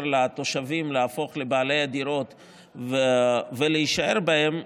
לתושבים להפוך לבעלי הדירות ולהישאר בהן,